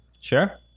Sure